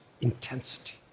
intensity